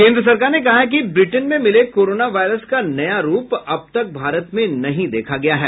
केन्द्र सरकार ने कहा है कि ब्रिटेन में मिले कोरोना वायरस का नया रूप अब तक भारत में नहीं देखा गया है